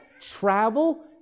travel